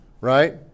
right